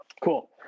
cool